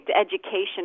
education